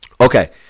Okay